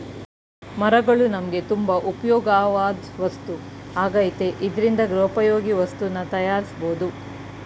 ಮರಗಳು ನಮ್ಗೆ ತುಂಬಾ ಉಪ್ಯೋಗವಾಧ್ ವಸ್ತು ಆಗೈತೆ ಇದ್ರಿಂದ ಗೃಹೋಪಯೋಗಿ ವಸ್ತುನ ತಯಾರ್ಸ್ಬೋದು